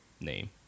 name